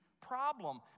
problem